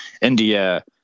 India